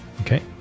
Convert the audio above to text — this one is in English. Okay